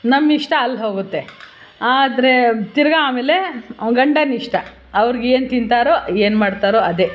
ನಮ್ಮಿಷ್ಟ ಅಲ್ಲಿ ಹೋಗುತ್ತೆ ಆದರೆ ತಿರ್ಗಾ ಆಮೇಲೆ ಗಂಡನಿಷ್ಟ ಅವ್ರ್ಗೇನು ತಿಂತಾರೊ ಏನು ಮಾಡ್ತಾರೊ ಅದೇ